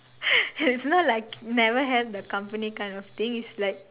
it's not like never help the company kind of thing it's like